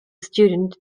student